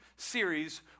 Series